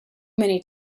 many